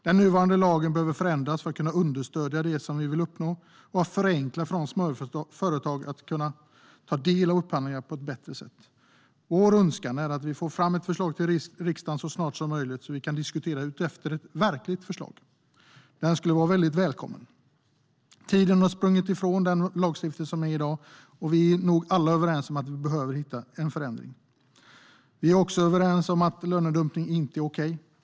Den nuvarande lagen behöver förändras för att kunna understödja det som vi vill uppnå och förenkla för företag att kunna ta del av upphandlingar på ett bättre sätt. Vår önskan är att vi får fram ett förslag till riksdagen så snart som möjligt, så att vi kan diskutera utifrån ett verkligt förslag. Det skulle vara mycket välkommet. Tiden har sprungit ifrån den lagstiftning som är i dag, och vi är nog alla överens om att vi behöver hitta en förändring. Vi är också överens om att lönedumpning inte är okej.